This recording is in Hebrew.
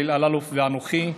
אלי אלאלוף ואנוכי,